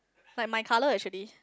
like my colour actually